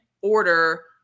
order